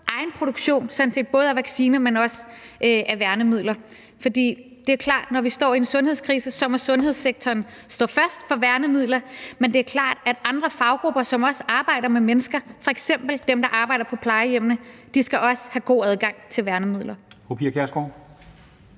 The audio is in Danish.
egenproduktion sådan set både af vaccine og af værnemidler. For det er klart, at når vi står i en sundhedskrise, må sundhedssektoren stå forrest til at få værnemidler. Men det er klart, at andre faggrupper, som også arbejder med mennesker, f.eks. dem, der arbejder på plejehjemmene, også skal have god adgang til værnemidler.